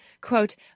quote